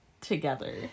together